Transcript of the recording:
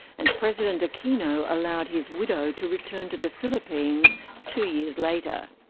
and president aquino allowed his widow to return to the philippines two years later.